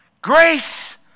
Grace